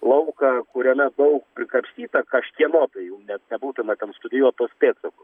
lauką kuriame daug prisikapstyta kažkieno tai jau net nebūtina ten studijuot tuos pėdsakus